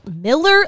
Miller